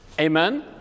Amen